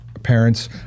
parents